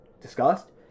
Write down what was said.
discussed